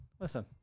listen